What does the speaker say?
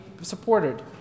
supported